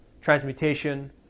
transmutation